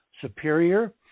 superior